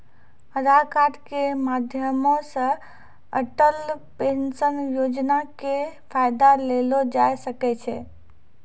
आधार कार्ड के माध्यमो से अटल पेंशन योजना के फायदा लेलो जाय सकै छै